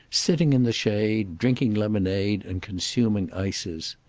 sitting in the shade, drinking lemonade and consuming ices.